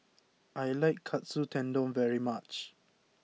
I like Katsu Tendon very much